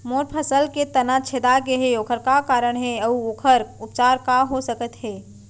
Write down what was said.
मोर फसल के तना छेदा गेहे ओखर का कारण हे अऊ ओखर उपचार का हो सकत हे?